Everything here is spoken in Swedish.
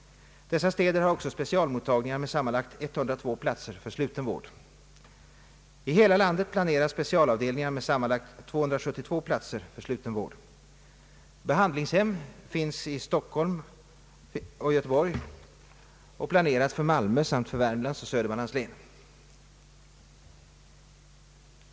Dessa städer har också specialmottagningar med sammanlagt 102 platser för sluten vård. I hela landet planeras specialavdelningar med sammanlagt 272 platser för sluten vård. Behandlingshem finns för Stockholm och Göteborg och planeras för Malmö samt för Värmlands och Södermanlands län.